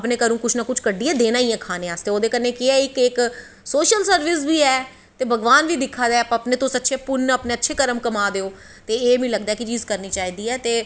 अपनें घरों कुश ना कुश कड्ढियै देना गै ऐ खानें आस्तै ओह्दे कन्नैं केह् ऐ इक सोशल सर्विस बी ऐ ते भगवान बी दिक्खा दा ऐ तुस इक अच्छे पुन्न कमा दे ओ ते एह् मिगी लगदा ऐ कि एह् चीज़ करनी चाही दी ऐ ते